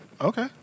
okay